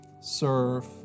serve